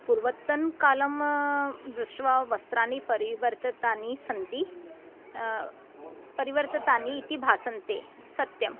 पूर्वत्तनकालं दृष्ट्वा वस्त्राणि परिवर्तितानि सन्ति परिवर्तितानि इति भासन्ते सत्यम्